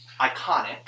iconic